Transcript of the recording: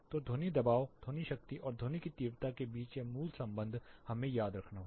तो ध्वनि दबाव ध्वनि शक्ति और ध्वनि की तीव्रता के बीच यह मूल संबंध हमें याद रखना होगा